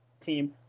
team